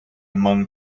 among